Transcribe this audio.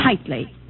tightly